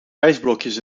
ijsblokjes